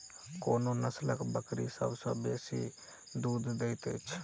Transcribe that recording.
कोन नसलक बकरी सबसँ बेसी दूध देइत अछि?